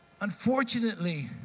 Unfortunately